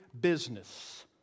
business